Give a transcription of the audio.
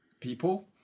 people